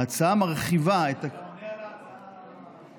ההצעה מרחיבה את, אתה עונה על ההצעה השנייה.